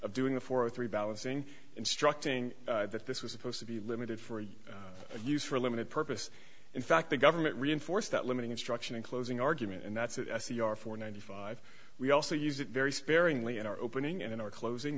of doing the fourth rebalancing instructing that this was supposed to be limited for use for a limited purpose in fact the government reinforced that limiting instruction in closing argument and that's it essie your four ninety five we also use it very sparingly in our opening and in our closing